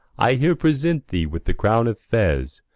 i here present thee with the crown of fez,